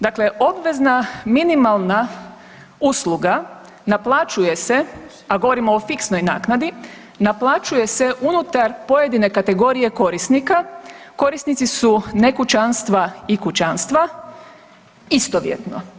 Dakle, obvezna minimalna usluga naplaćuje se, a govorim o fiksnoj naknadi, naplaćuje se unutar pojedine kategorije korisnika, korisnici su ne kućanstva i kućanstva istovjetno.